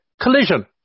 Collision